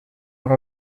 auch